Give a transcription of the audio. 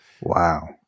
Wow